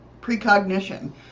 precognition